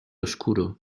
oscuro